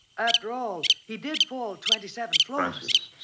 after all, he did fall twenty seven floors.